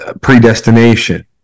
predestination